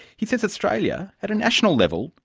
he says australia, at a national level,